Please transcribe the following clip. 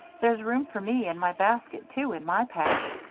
there's room for me and my basket, too, in my patch.